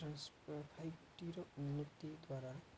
ପ ଫାଇଟିର ଉନ୍ନତି ଦ୍ୱାରା